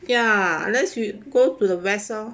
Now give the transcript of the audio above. ya unless we go to the west lor